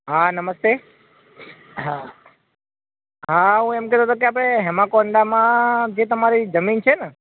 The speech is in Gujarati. હા નમસ્તે હા હા હું એમ કહેતો હતો કે આપણે હેમાકોન્ડામાં જે તમારી જમીન છે ને